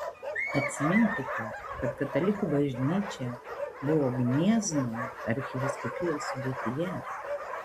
atsiminkite kad katalikų bažnyčia buvo gniezno arkivyskupijos sudėtyje